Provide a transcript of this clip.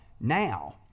now